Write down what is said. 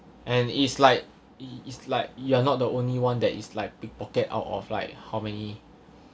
and it's like it's like you are not the only one that is like pickpocket out of like how many